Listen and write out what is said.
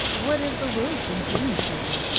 what has the world been doing to you